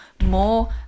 more